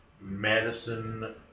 Madison